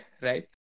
right